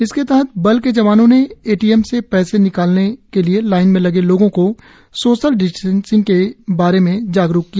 इसके तहत बल के जवानों ने ए टी एम से पैसे निलालने के लिए लाईन में लगे लोगों को सोशल डिस्टेंसिंग के बारे में जागरुक किया